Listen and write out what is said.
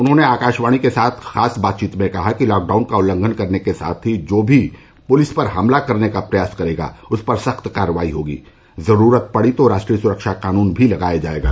उन्होंने आकाशवाणी के साथ खास बातचीत में कहा कि लॉकडाउन का उल्लंघन करने के साथ ही जो भी पुलिस पर हमला करने का प्रयास करेगा उस पर सख्त कार्रवाई होगी जरूरत पड़ी तो राष्ट्रीय सुरक्षा कानून भी लगाया जायेगा